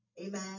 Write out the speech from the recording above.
Amen